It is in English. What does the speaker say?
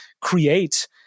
create